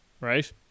right